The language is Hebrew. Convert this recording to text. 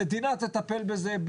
המדינה תטפל בזה,